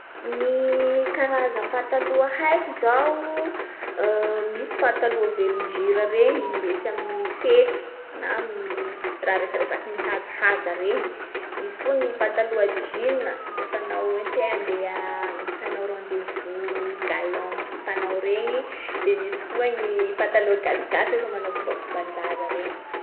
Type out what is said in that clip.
Gny karaza pataloa haiko zao: misy pataloha velondrira regny indesy amin’ny fety, na amin’ny raha resaresaky mihajahaja regny. Misy koa gny pataloa jeans a lafa anao ohatsy hoe andeha hanao rendez-vous galant am'sipanao regny. De misy koa gny pataloha gasigasy refa manao fombafomban-draza regny.